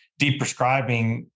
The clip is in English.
deprescribing